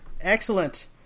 excellent